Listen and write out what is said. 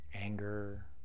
anger